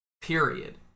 period